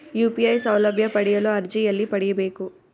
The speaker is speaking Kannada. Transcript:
ಯು.ಪಿ.ಐ ಸೌಲಭ್ಯ ಪಡೆಯಲು ಅರ್ಜಿ ಎಲ್ಲಿ ಪಡಿಬೇಕು?